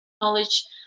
knowledge